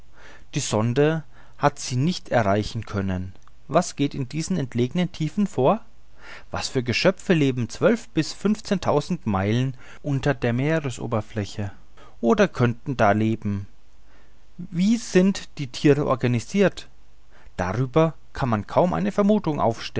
die sonde hat sie nicht erreichen können was geht in diesen entlegenen tiefen vor was für geschöpfe leben zwölf bis fünfzehntausend meilen unter der meeresoberfläche oder können da leben wie sind die thiere organisirt darüber kann man kaum eine vermuthung